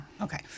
Okay